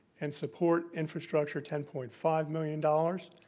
and support infrastructure, ten point five million dollars,